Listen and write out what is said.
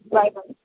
bye bye